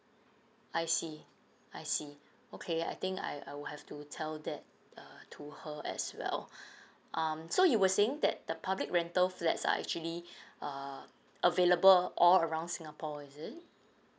I see I see okay I think I I will have to tell that uh to her as well um so you were saying that the public rental flats are actually uh available all around singapore is it